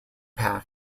pack